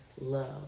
love